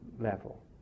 level